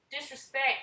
disrespect